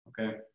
okay